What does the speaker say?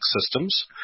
systems